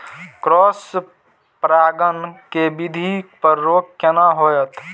Cross परागण के वृद्धि पर रोक केना होयत?